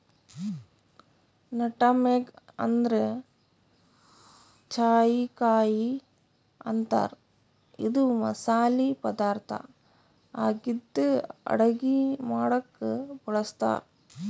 nutmeg ಅಂದ್ರ ಜಾಯಿಕಾಯಿ ಅಂತಾರ್ ಇದು ಮಸಾಲಿ ಪದಾರ್ಥ್ ಆಗಿದ್ದ್ ಅಡಗಿ ಮಾಡಕ್ಕ್ ಬಳಸ್ತಾರ್